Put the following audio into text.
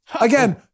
again